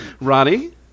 Ronnie